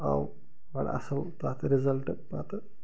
آو بڈٕ اَصٕل تتھ رِزَلٹہٕ پتہٕ